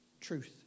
truth